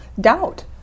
doubt